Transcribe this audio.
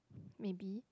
maybe